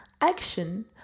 Action